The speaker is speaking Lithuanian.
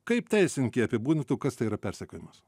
kaip teisininkai apibūdintų kas tai yra persekiojimas